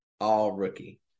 All-Rookie